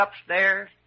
upstairs